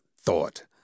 thought